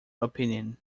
opinion